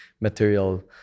material